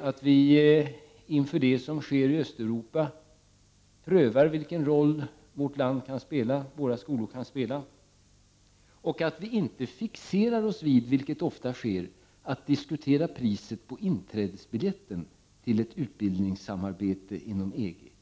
att vi inför det som sker i Östeuropa prövar vilken roll vårt land och våra skolor kan spela och att vi inte fixerar oss vid, vilket ofta sker, att diskutera priset på inträdesbiljetten för ett utbildningssamarbete inom EG.